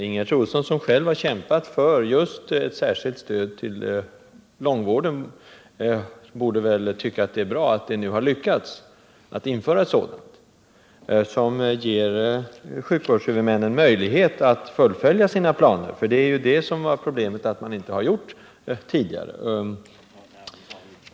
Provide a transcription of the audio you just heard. Ingegerd Troedsson, som själv har kämpat för ett särskilt stöd till långvården, borde väl tycka att det är bra att vi nu kan införa ett sådant stöd, som ger sjukvårdshuvudmännen möjlighet att fullfölja sina planer. Problemet är ju, att man inte har gjort det tidigare.